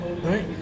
right